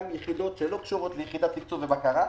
גם יחידות שלא קשורות ליחידת תקצוב ובקרה,